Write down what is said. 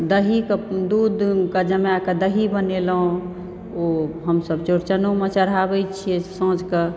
दहीके दूध के जमाय के दही बनेलहुॅं ओ हमसभ चोड़चनौमे चढ़ाबै छियै साँझ कऽ